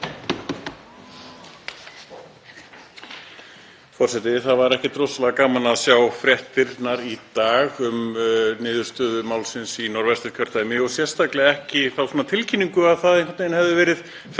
Það var ekkert rosalega gaman að sjá fréttirnar í dag um niðurstöðu málsins í Norðvesturkjördæmi og sérstaklega ekki þá tilkynningu að það hefði einhvern